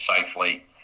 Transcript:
safely